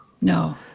No